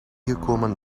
gekomen